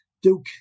Duke